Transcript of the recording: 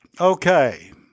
Okay